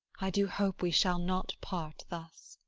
i do hope we shall not part thus.